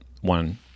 one